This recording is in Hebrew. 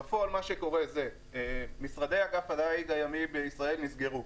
בפועל מה שקורה זה שמשרדי ענף הדייג הימי בישראל נסגרו,